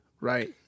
right